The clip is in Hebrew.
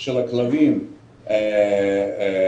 של הכלבים המשוטטים.